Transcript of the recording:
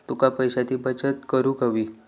तुका पैशाची बचत करूक हवी